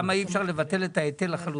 למה אי אפשר לבטל את ההיטל לחלוטין?